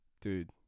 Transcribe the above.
dude